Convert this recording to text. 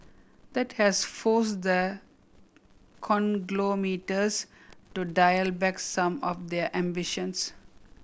that has forced the conglomerates to dial back some of their ambitions